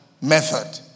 method